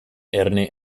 erne